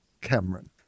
Cameron